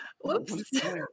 Whoops